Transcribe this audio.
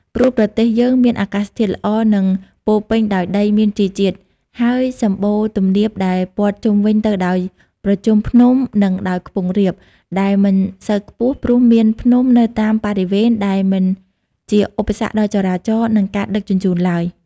ព្រោះប្រទេសយើងមានអាកាសធាតុល្អ និង ពោពេញដោយដីមានជីជាតិ ហើយសម្បូរទំនាបដែលព័ទ្ធជុំវិញទៅដោយប្រជុំភ្នំ និងដោយខ្ពង់រាប ដែលមិនសូវខ្ពស់ ព្រោះមានភ្នំនៅតាមបរិវេណដែលមិនជាឧបសគ្គដល់ចរាចរណ៍ និងការដឹកជញ្ជូនឡើយ។